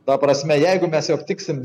ta prasme jeigu mes jau aptiksim